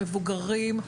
מבוגרים,